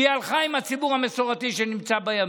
והיא הלכה עם הציבור המסורתי, שנמצא בימין.